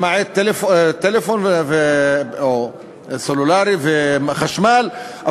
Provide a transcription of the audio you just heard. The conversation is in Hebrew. למעט טלפון או טלפון סלולרי וחשמל.